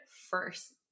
first